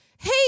Hey